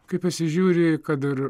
kai pasižiūri kad ir